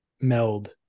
meld